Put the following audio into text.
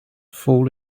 fall